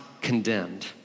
condemned